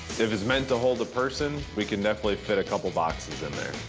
if it's meant to hold a person, we can definitely fit a couple boxes in there.